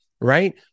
right